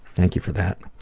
thank you for that.